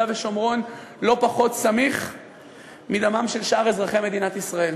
ושומרון אינו פחות סמיך מדמם של שאר אזרחי מדינת ישראל.